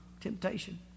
temptation